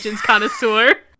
connoisseur